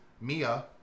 Mia